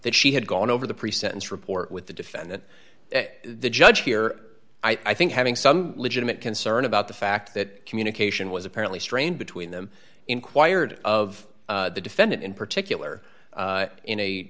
that she had gone over the pre sentence report with the defendant the judge here i think having some legitimate concern about the fact that communication was apparently strained between them inquired of the defendant in particular in a